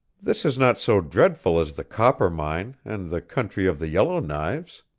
this is not so dreadful as the coppermine, and the country of the yellow knives.